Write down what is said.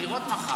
בחירות מחר.